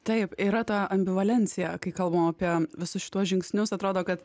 taip yra ta ambivalencija kai kalbam apie visus šituos žingsnius atrodo kad